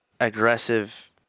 aggressive